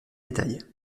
détails